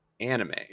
anime